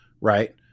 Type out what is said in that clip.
right